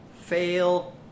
fail